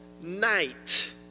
night